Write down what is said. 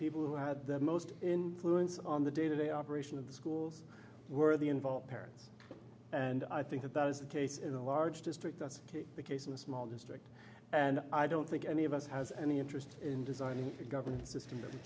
people who had the most influence on the day to day operation of the schools were the involved parents and i think that that is the case in a large district that's the case in a small district and i don't think any of us has any interest in designing the govern